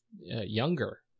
younger